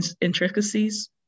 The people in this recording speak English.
Intricacies